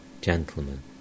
Gentlemen